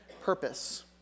purpose